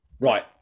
Right